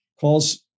calls